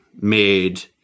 made